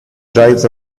drives